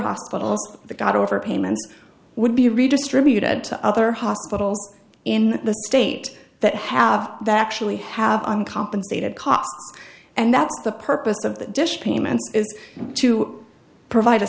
hospitals that got overpayments would be redistributed to other hospitals in the state that have that actually have uncompensated costs and that's the purpose of the dish payment is to provide